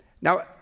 Now